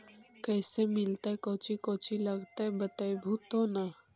कैसे मिलतय कौची कौची लगतय बतैबहू तो न?